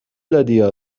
دادیا